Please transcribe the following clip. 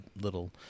little